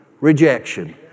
Rejection